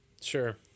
Sure